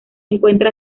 encuentra